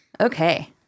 okay